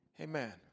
Amen